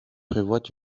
prévoit